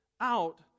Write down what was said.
out